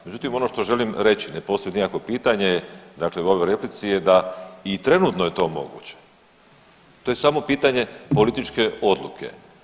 Međutim, ono što želim reći ne postaviti nikakvo pitanje u ovoj replici je da i trenutno je to moguće, to je samo pitanje političke odluke.